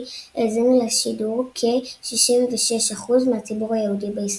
האזינו לשידור כ-66% מהציבור היהודי בישראל.